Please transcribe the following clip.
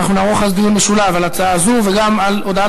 אז אנחנו נערוך דיון משולב על הצעה זו וגם על הודעת